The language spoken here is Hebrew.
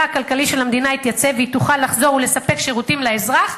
הכלכלי של המדינה יתייצב והיא תוכל לחזור ולספק שירותים לאזרח,